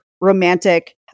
romantic